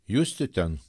justi ten